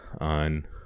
on